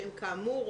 שהם כאמור